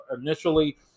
initially